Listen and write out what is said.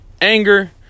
anger